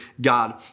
God